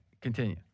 Continue